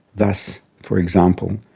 thus, for example,